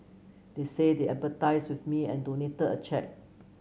they said they with me and donated a cheque